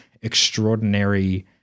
extraordinary